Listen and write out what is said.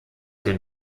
den